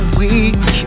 weak